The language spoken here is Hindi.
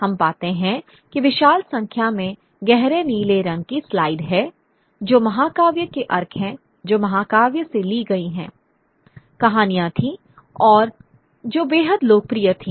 हम पाते हैं कि विशाल संख्या में गहरे नीले रंग की स्लाइड है जो महाकाव्य के अर्क हैं जो महाकाव्य से ली गई कहानियां थीं और जो बेहद लोकप्रिय थीं